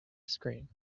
screen